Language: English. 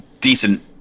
decent